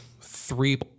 three